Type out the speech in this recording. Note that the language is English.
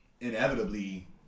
inevitably